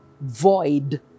void